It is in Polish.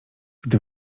gdy